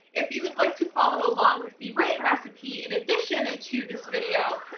if you would like to follow along with the written recipe in addition ah to this video,